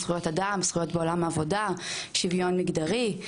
זכויות אדם, זכויות בעולם העבודה, שוויון מגדרי.